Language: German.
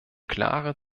klare